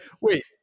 wait